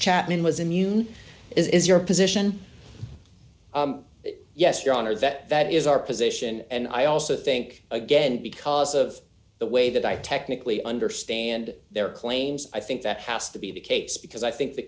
chapman was immune is your position yes your honor that is our position and i also think again because of the way that i technically understand their claims i think that has to be the case because i think the